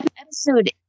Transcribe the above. episode